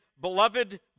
beloved